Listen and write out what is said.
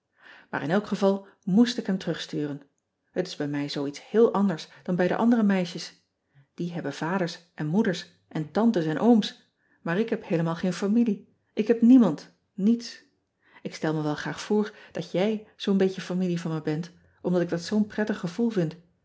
aar in elk geval moest ik hem terugsturen et is bij mij zoo iets heel anders dan bij de andere meisjes ie hebben vaders en moeders en tantes en ooms maar ik heb heelemaal geen familie ik heb niemand niets k stel me wel graag voor dat jij zoo n beetje familie van me bent omdat ik dat zoo n prettig gevoel vind